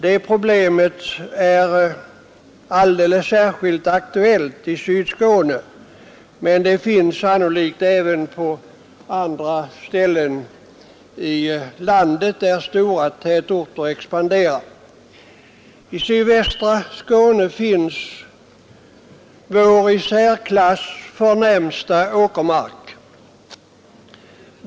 Det problemet är särskilt aktuellt i Sydskåne, men det finns sannolikt även på andra håll i landet där stora tätorter expanderar. I sydvästra Skåne finns vår i särklass förnämsta åkermark.